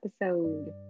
episode